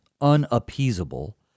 unappeasable